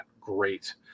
great